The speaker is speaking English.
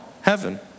heaven